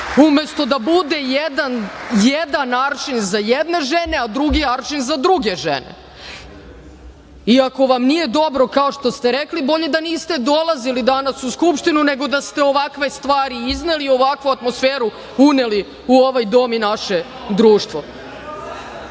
Umesto da bude jedan aršin za jedne žene, a drugi aršin za druge žene. Iako vam nije dobro, kao što ste rekli, bolje da niste dolazili danas u Skupštinu nego da ste ovakve stvari izneli, ovakvu atmosferu uneli u ovaj dom i naše društvo. Dušan